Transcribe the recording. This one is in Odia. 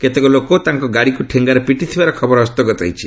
କେତେକ ଲୋକ ତାଙ୍କ ଗାଡ଼ିକୁ ଠେଙ୍ଗାରେ ପିଟିଥିବାର ଖବର ହସ୍ତଗତ ହୋଇଛି